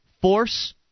force